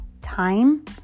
time